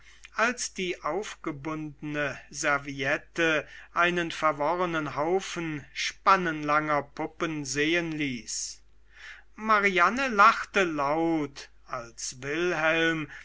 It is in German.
als die aufgebundene serviette einen verworrenen haufen spannenlanger puppen sehen ließ mariane lachte laut als wilhelm